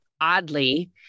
oddly